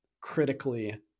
critically